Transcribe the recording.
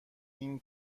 این